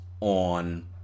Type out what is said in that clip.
on